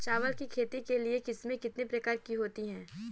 चावल की खेती की किस्में कितने प्रकार की होती हैं?